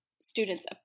students